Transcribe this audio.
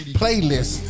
playlist